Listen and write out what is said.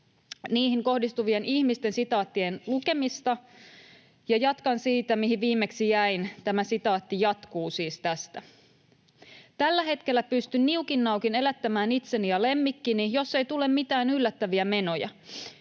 kohdistuvat, sitaattien lukemista ja jatkan siitä, mihin viimeksi jäin. Tämä sitaatti jatkuu siis tästä: ”Tällä hetkellä pystyn niukin naukin elättämään itseni ja lemmikkini, jos ei tule mitään yllättäviä menoja.